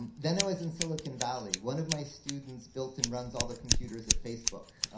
um then there was in silicon valley. one of my students built and runs all the computers at facebook.